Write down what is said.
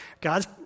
God's